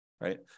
right